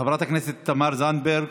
חברת הכנסת תמר זנדברג,